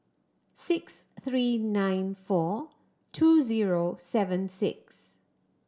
six three nine four two zero seven six